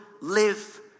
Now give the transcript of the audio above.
live